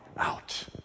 Out